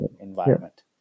environment